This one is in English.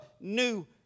new